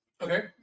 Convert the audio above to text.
Okay